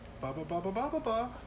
ba-ba-ba-ba-ba-ba-ba